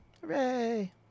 Hooray